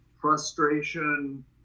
frustration